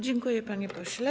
Dziękuję, panie pośle.